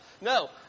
No